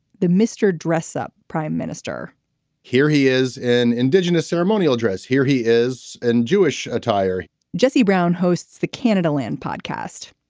the mr. dress up prime minister here he is an indigenous ceremonial dress. here he is in jewish attire jesse brown hosts the canada land podcast.